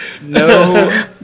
No